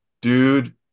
dude